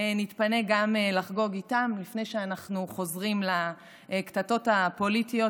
נתפנה גם לחגוג איתם לפני שאנחנו חוזרים לקטטות הפוליטיות,